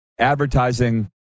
Advertising